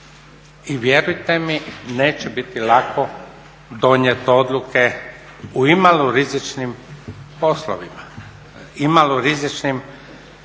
i vjerujte mi neće biti lako donijeti odluke u imalo rizičnim poslovima, imalo rizičnim